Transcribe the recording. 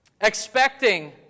expecting